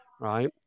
Right